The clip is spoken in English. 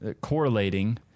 correlating